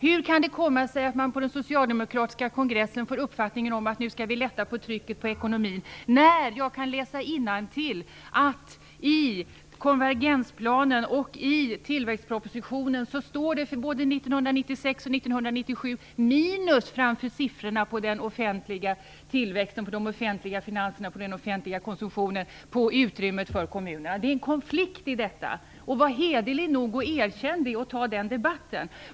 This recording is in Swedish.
Hur kan det komma sig att man på den socialdemokratiska kongressen får uppfattningen att vi nu skall lätta på trycket i ekonomin, när jag kan läsa innantill att det i konvergensplanen och i tillväxtpropositionen både för 1996 och för 1997 står minus framför siffrorna för den offentliga tillväxten, de offentliga finanserna, den offentliga konsumtionen och när det gäller utrymmet för kommunerna? Det finns en konflikt i detta. Var hederlig nog att erkänna det, och ta den debatten!